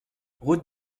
route